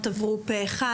התקנות עברו פה אחד.